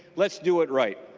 let's do it right.